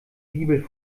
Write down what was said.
bibel